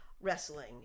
wrestling